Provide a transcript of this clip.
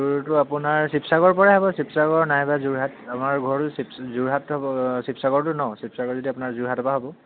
টুৰটো আপোনাৰ শিৱসাগৰ পৰাই হ'ব শিৱসাগৰ নাইবা যোৰহাট আপোনাৰ ঘৰ যোৰহাট হ'ব শিৱসাগৰতো ন শিৱসাগৰ যদি আপোনাৰ যোৰহাটৰ পৰা হ'ব